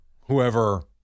Whoever